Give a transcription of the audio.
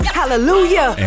hallelujah